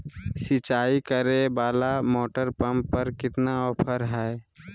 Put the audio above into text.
सिंचाई करे वाला मोटर पंप पर कितना ऑफर हाय?